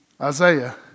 Isaiah